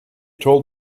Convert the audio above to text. told